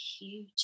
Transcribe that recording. huge